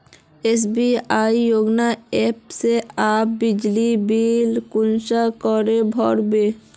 SBI YONO app से अपना बिजली बिल कुंसम करे भर बो?